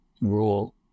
rule